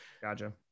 gotcha